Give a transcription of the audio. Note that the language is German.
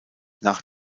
nach